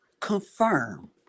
confirm